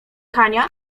hania